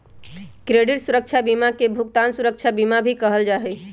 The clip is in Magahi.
क्रेडित सुरक्षा बीमा के भुगतान सुरक्षा बीमा भी कहल जा हई